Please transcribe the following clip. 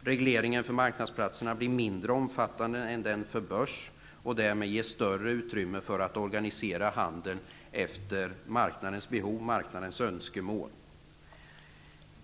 Regleringen för marknadsplatserna blir mindre omfattande än för börs, och därmed ges större utrymme att organisera handeln efter marknadens önskemål och behov.